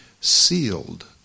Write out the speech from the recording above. sealed